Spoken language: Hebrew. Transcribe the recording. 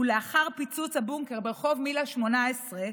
ולאחר פיצוץ הבונקר ברחוב מילא 18,